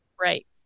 Right